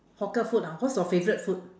hawker food ah what's your favourite food